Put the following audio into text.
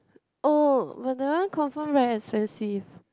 oh but that one confirm very expensive